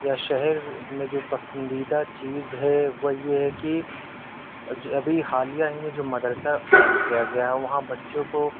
یا شہر میں جو پسندیدہ چیز ہے وہ یہ ہے کہ جو ابھی حالیہ ہی میں جو مدرسہ قائم کیا گیا ہے وہاں بچوں کو